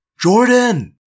Jordan